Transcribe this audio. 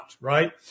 right